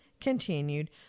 continued